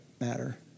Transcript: matter